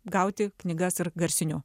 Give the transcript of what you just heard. gauti knygas ir garsiniu